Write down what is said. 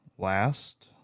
last